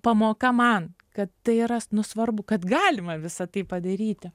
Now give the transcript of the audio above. pamoka man kad tai yra nu svarbu kad galima visa tai padaryti